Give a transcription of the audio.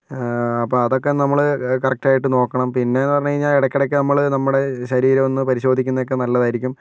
അപ്പോൾ അതൊക്കെ നമ്മള് കറക്റ്റായിട്ട് നോക്കണം പിന്നേന്ന് പറഞ്ഞ് കഴിഞ്ഞാൽ ഇടയ്ക്കിടയ്ക്ക് നമ്മള് നമ്മുടെ ശരീരം ഒന്ന് പരിശോധിക്കുന്നതൊക്കെ നല്ലതായിരിക്കും